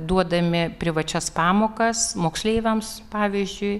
duodami privačias pamokas moksleiviams pavyzdžiui